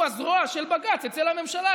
הוא הזרוע של בג"ץ אצל הממשלה,